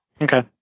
Okay